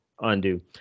undo